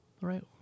right